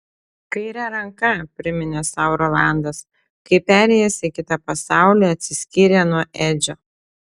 kaire ranka priminė sau rolandas kai perėjęs į kitą pasaulį atsiskyrė nuo edžio